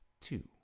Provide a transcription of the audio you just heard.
two